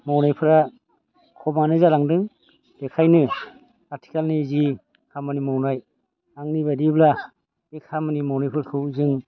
मावनायफोरा खमानो जालांदों बेखायनो आथिखालनि जि खामानि मावनाय आंनि बायदिब्ला बे खामानि मावनायफोरखौ जों